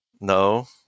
no